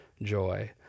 joy